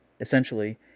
Essentially